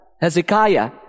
Hezekiah